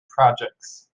projects